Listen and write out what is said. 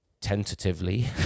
tentatively